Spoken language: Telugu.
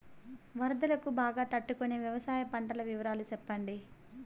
వరదలకు బాగా తట్టు కొనే వ్యవసాయ పంటల వివరాలు చెప్పండి?